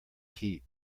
heat